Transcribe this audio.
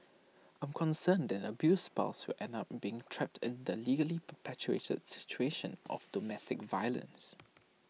I'm concerned that the abused spouse will end up being trapped in the legally perpetuated situation of domestic violence